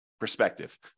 Perspective